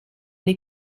die